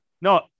No